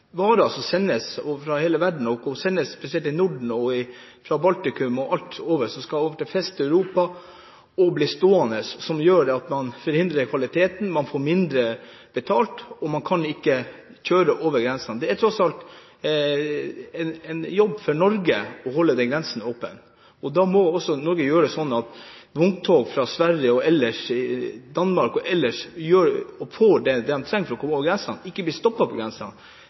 varer som sendes fra hele verden, spesielt til Norden fra Baltikum og skal over til Vest-Europa, som blir stående, gjør det at kvaliteten forringes, og man får mindre betalt når man ikke kan kjøre over grensen. Det er tross alt en jobb for Norge å holde grensen åpen. Da må også Norge gjøre det sånn at vogntog fra Sverige, Danmark og ellers får det de trenger for å komme over grensen, og ikke blir stoppet der. Det er jo faktisk verre å komme seg over denne grensen enn å komme seg over grensen